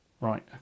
Right